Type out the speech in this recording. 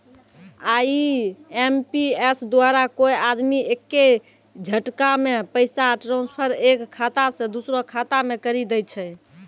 IMPS द्वारा कोय आदमी एक्के झटकामे पैसा ट्रांसफर एक खाता से दुसरो खाता मे करी दै छै